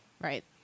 right